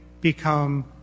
become